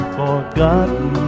forgotten